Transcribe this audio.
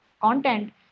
content